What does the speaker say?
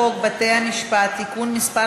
בתי-המשפט (תיקון מס'